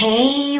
Hey